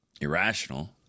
irrational